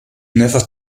never